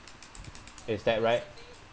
is that right